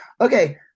okay